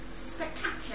Spectacular